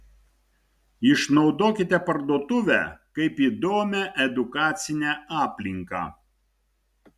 išnaudokite parduotuvę kaip įdomią edukacinę aplinką